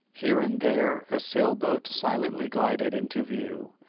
here and there a sail-boat silently glided into view,